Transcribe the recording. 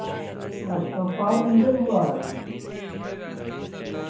अच्छा pipe leakage हुआ है